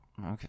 okay